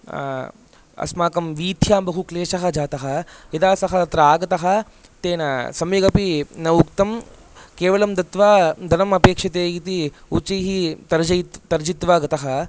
अस्माकं वीथ्यां बहुक्लेशः जातः यदा सः अत्र आगतः तेन सम्यगपि न उक्तं केवलं दत्वा धनमपेक्षते इति उच्चैः तर्जयि तर्जित्वा गतः